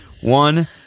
One